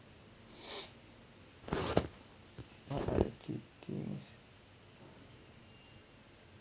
what are two things